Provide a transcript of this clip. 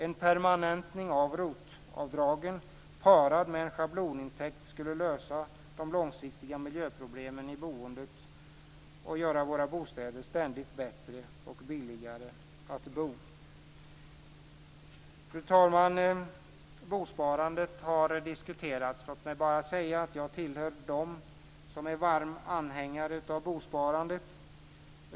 En permanentning av ROT-avdragen parad med en schablonintäkt skulle lösa de långsiktiga miljöproblemen i boendet och göra våra bostäder ständigt bättre och billigare att bo i. Fru talman! Bosparandet har diskuterats. Låt mig bara säga att jag hör till dem som är varma anhängare av bosparandet.